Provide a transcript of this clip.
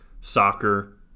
Soccer